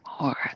more